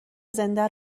زنده